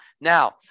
now